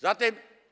Zatem.